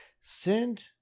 send